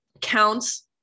counts